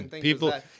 People